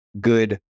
good